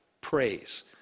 praise